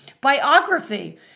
biography